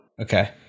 Okay